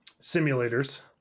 simulators